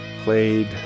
played